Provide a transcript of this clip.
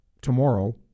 Tomorrow